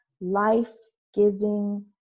life-giving